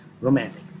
romantic